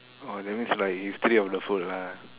orh that means like history of the food lah